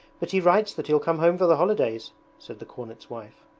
but he writes that he'll come home for the holidays said the cornet's wife.